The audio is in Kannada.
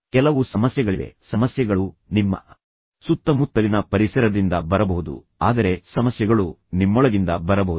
ಕೆಲವು ಸಮಸ್ಯೆಗಳಿವೆ ಸಮಸ್ಯೆಗಳು ನಿಮ್ಮ ಸುತ್ತಮುತ್ತಲಿನ ಪರಿಸರದಿಂದ ಬರಬಹುದು ಆದರೆ ಸಮಸ್ಯೆಗಳು ನಿಮ್ಮೊಳಗಿಂದ ಬರಬಹುದು